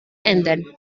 enden